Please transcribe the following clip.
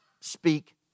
speak